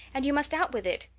and you must out with it.